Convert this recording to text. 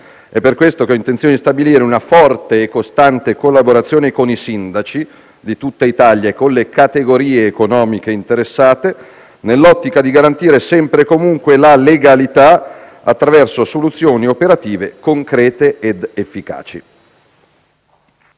È per questo motivo che ho intenzione di stabilire una forte e costante collaborazione con i sindaci di tutta Italia e con le categorie economiche interessate, nell'ottica di garantire, sempre e comunque, la legalità, attraverso soluzioni operative concrete ed efficaci.